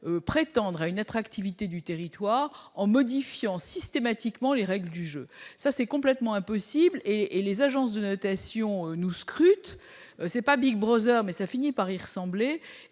prétendre à une attractivité du territoire en modifiant systématiquement les règles du jeu. ça, c'est complètement impossible et et les agences de notation nous scrute c'est pas Big Brothers, mais ça finit par y ressembler